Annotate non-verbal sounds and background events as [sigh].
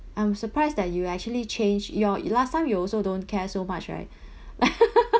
I'm surprised that you actually change your last time you also don't care so much right [breath] [laughs]